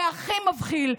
והכי מבחיל,